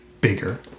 bigger